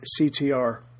CTR